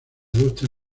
adopta